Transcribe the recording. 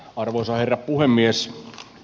arvoisa herra puhemies